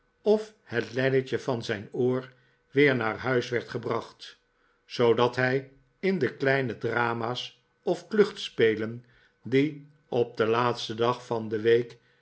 of net lelletje van zijn oor weer naar huis werd gebracht zoodat hij in de kleine drama's of kluchtspelen die op den laatsten dag van de week